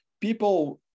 people